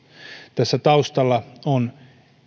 tässä taustalla on